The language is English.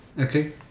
Okay